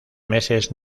meses